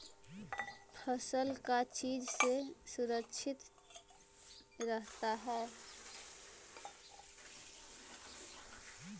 फसल का चीज से सुरक्षित रहता है?